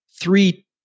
three